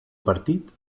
partit